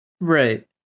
Right